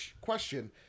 question